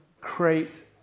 create